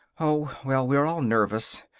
oh, well, we're all nervous.